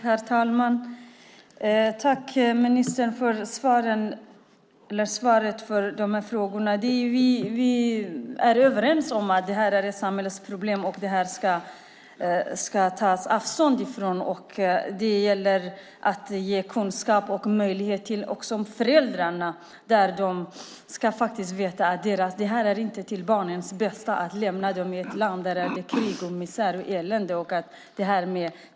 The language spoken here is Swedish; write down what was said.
Herr talman! Jag tackar ministern för svaret på de här frågorna. Vi är överens om att det här är ett samhällsproblem och att det ska tas avstånd från det. Det gäller att ge kunskap och möjlighet också till föräldrarna. De ska veta att det inte är till barnens bästa att lämna dem i ett land där det är krig, misär och elände.